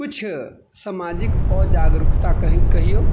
किछु सामाजिक अजागरुकता कहियौ